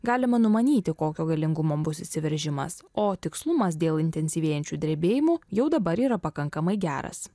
galima numanyti kokio galingumo bus išsiveržimas o tikslumas dėl intensyvėjančių drebėjimų jau dabar yra pakankamai geras